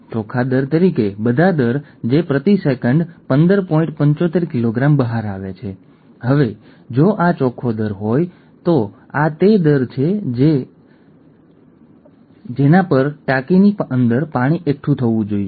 down syndrome extra chromosome number એકવીસ દ્વારા થાય છે